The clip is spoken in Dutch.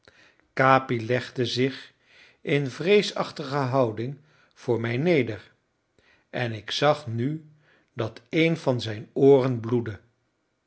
capi legde zich in vreesachtige houding voor mij neder en ik zag nu dat een van zijn ooren bloedde